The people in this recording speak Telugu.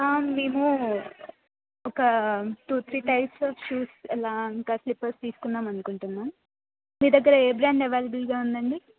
మేము ఒక two three types of shoes అలా ఇంకా స్లిపర్స్ తీసుకుందాంమనుకుంటున్నా మ్యామ్ మీ దగ్గర ఏ బ్రాండ్ అవైలబుల్గా ఉందండి